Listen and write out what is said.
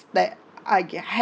that I get have